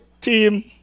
team